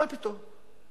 מה פתאום?